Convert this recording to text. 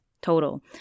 total